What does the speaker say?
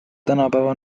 tänapäeva